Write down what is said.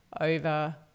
over